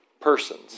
persons